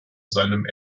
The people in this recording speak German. seinem